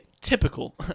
typical